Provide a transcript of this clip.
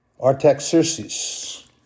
Artaxerxes